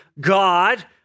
God